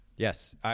Yes